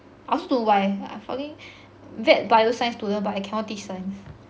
I also don't know why I falling vet bioscience student but I cannot teach science